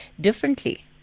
differently